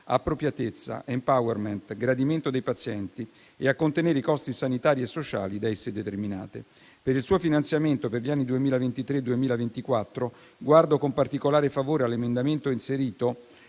appropriatezza, *empowerment*, gradimento dei pazienti e a contenere i costi sanitari e sociali da essi determinate. Per il suo finanziamento, per gli anni 2023 e 2024, guardo con particolare favore all'emendamento inserito